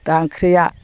दा ओंख्रिया